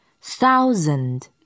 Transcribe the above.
thousand